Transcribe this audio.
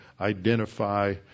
identify